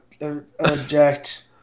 object